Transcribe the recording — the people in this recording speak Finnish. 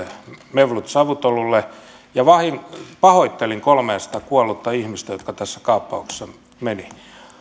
mevlut cavusoglulle ja pahoittelin kolmesataa kuollutta ihmistä jotka tässä kaappauksessa menivät